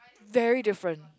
very different